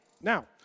now